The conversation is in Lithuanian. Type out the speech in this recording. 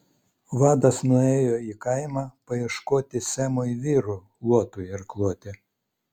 vadas nuėjo į kaimą paieškoti semui vyrų luotui irkluoti